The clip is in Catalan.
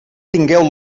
tingueu